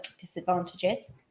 disadvantages